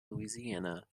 louisiana